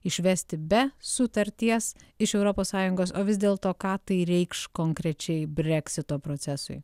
išvesti be sutarties iš europos sąjungos o vis dėl to ką tai reikš konkrečiai breksito procesui